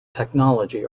technology